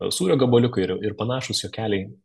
sūrio gabaliukai ir ir panašūs juokeliai